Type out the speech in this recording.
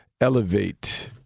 elevate